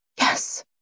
Yes